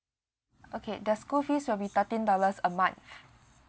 okay the school fees will be thirteen dollars a month